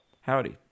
Howdy